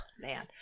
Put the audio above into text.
man